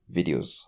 Videos